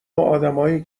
آدمایی